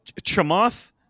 Chamath